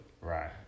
Right